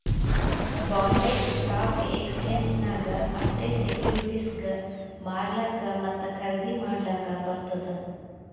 Bombay stock exchange ನಾಗ್ ಅಷ್ಟೇ ಸೆಕ್ಯೂರಿಟಿಸ್ಗ್ ಮಾರ್ಲಾಕ್ ಮತ್ತ ಖರ್ದಿ ಮಾಡ್ಲಕ್ ಬರ್ತುದ್